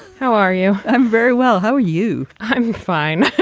how are you? i'm very well. how are you? i'm fine